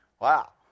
Wow